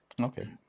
okay